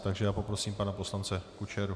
Takže já poprosím pana poslance Kučeru.